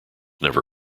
never